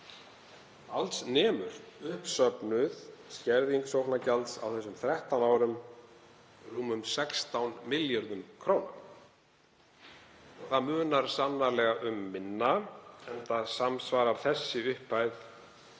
Alls nemur uppsöfnuð skerðing sóknargjalds á þessum þrettán árum rúmum 16 milljörðum kr. Það munar sannarlega um minna enda samsvarar þessi upphæð